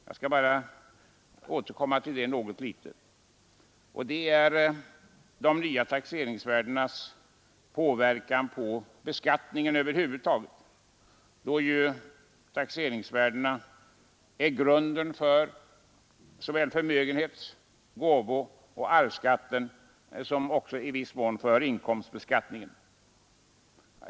Jag skall bara återkomma något litet till detta. De nya taxeringsvärdena kommer utan tvivel att påverka beskattningen över huvud taget eftersom taxeringsvärdena är grunden såväl för förmögenhets-, gåvooch arvsskatten som också i viss mån för inkomstbeskattningen.